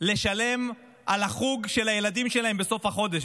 לשלם על החוג של הילדים שלהם בסוף החודש.